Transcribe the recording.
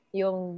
yung